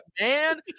man